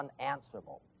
unanswerable